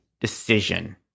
decision